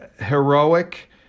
heroic